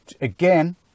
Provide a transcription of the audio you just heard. again